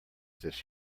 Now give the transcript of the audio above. this